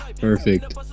Perfect